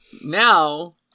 now